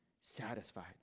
satisfied